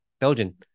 Belgian